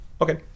Okay